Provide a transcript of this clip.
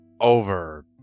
over